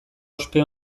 ospe